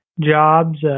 jobs